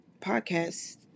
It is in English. podcast